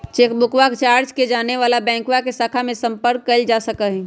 चेकबुकवा चार्ज के जाने ला बैंकवा के शाखा में संपर्क कइल जा सका हई